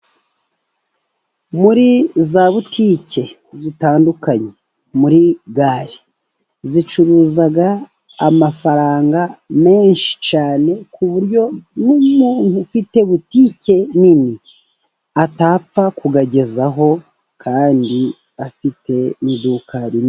Muri za butike zitandukanye muri gare zicuruza amafaranga menshi cyane, ku buryo n'umuntu ufite butike nini atapfa kubagezaho kandi afite iduka rimwe rinini.